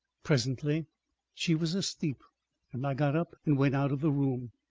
presently she was asleep and i got up and went out of the room,